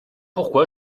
pourquoi